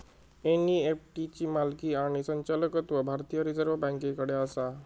NEFT ची मालकी आणि संचालकत्व भारतीय रिझर्व बँकेकडे आसा